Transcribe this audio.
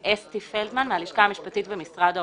השלכה המשפטית במשרד האוצר.